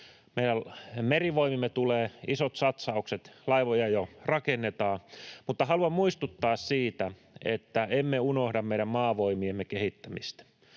Meidän merivoimiimme tulee isot satsaukset, laivoja jo rakennetaan. Mutta haluan muistuttaa siitä, että emme unohda meidän maavoimiemme kehittämistä.